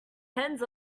hens